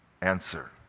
Answer